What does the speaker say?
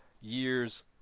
years